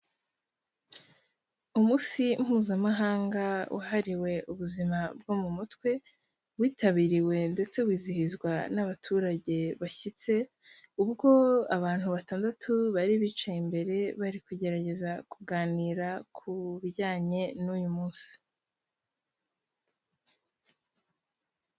Umunsi mpuzamahanga uhariwe ubuzima bwo mu mutwe, witabiriwe ndetse wizihizwa n'abaturage bashyitse, ubwo abantu batandatu bari bicaye imbere bari kugerageza kuganira ku bijyanye n'uyu munsi.